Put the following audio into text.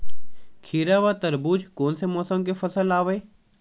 खीरा व तरबुज कोन से मौसम के फसल आवेय?